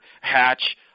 Hatch